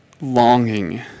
longing